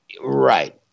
Right